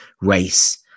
race